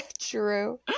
true